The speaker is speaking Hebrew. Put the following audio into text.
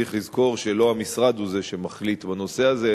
צריך לזכור שלא המשרד הוא שמחליט בנושא הזה,